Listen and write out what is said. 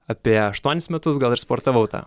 apie aštuonis metus gal ir sportavau tą